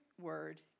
word